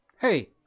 hey